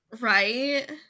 right